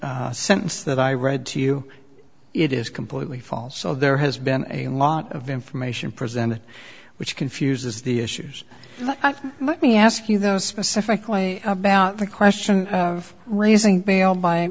sentence that i read to you it is completely false so there has been a lot of information presented which confuses the issues let me ask you though specifically about the question of raising bail